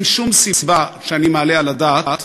אין שום סיבה שאני מעלה על הדעת,